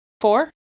Four